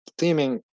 theming